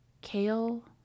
kale